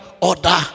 order